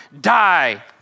die